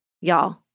Y'all